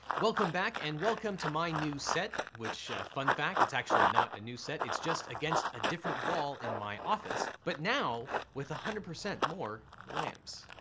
welcome back and welcome to my new set which fun fact, its actually not a new set its just against a different wall in my office but now, with one hundred percent more lamps.